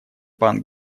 пан